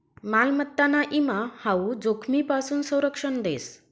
मालमत्ताना ईमा हाऊ जोखीमपासून संरक्षण देस